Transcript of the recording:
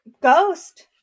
ghost